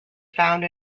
found